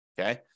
Okay